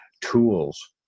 tools